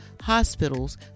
hospitals